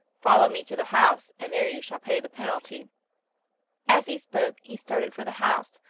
follow me to the house, and there you shall pay the penalty as he spoke, he started for the house,